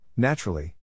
Naturally